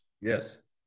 yes